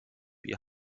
ihr